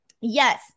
yes